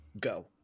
go